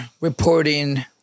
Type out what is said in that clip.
reporting